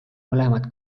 mõlemad